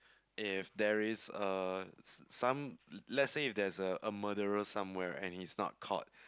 if there is a s~ some let's say if there's a a murderer somewhere and he's not caught